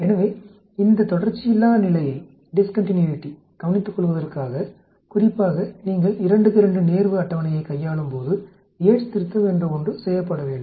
எனவே இந்த தொடர்ச்சியில்லா நிலையைக் கவனித்துக்கொள்வதற்காக குறிப்பாக நீங்கள் 2 க்கு 2 நேர்வு அட்டவணையை கையாளும் போது யேட்ஸ் திருத்தம் என்ற ஒன்று செய்யப்பட வேண்டும்